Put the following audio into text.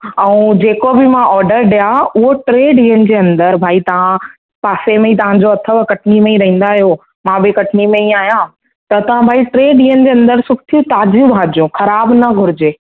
ऐं जेको बि मां ऑडर ॾियां उहो टे ॾींहंनि जे अंदरि भाई तव्हां पासे में ई तव्हांजो अथव कटनीअ में ई रहंदा आहियो मां बि कटनीअ में ई आहियां त तव्हां भाई टे ॾींहंनि जे अंदरि सुठी ताज़ियूं भाॼियूं ख़राबु न घुरिजे